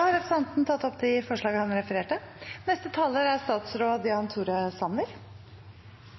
har tatt opp de forslag han refererte til. Det blir replikkordskifte. Fremskrittspartiet er